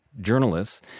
journalists